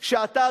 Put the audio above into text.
שאתה,